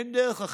אין דרך אחרת.